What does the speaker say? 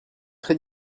très